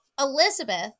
Elizabeth